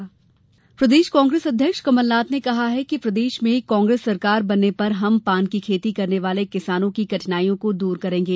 कमलनाथ प्रदेश कांग्रेस अध्यक्ष कमलनाथ ने कहा है कि प्रदेश में कांग्रेस सरकार बनने पर हम पान की खेती करने वाले किसानों की कठिनाइयों दूर करेंगे